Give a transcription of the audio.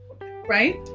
right